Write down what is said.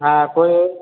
હા કોઈ